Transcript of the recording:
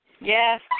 Yes